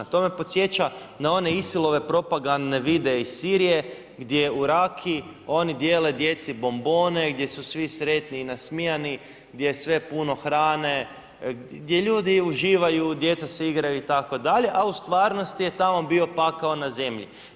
A to me podsjeća na one ISIL-ove propagandni video iz Sirije gdje u Raki oni dijele djeci bombone, gdje su svi sretni i nasmijani, gdje je sve puno hrane, gdje ljudi uživanju, djeca se igraju itd., a u stvarnosti je tamo bio pakao na zemlji.